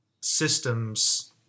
systems